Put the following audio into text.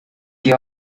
que